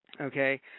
Okay